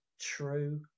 true